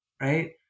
right